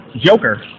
Joker